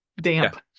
damp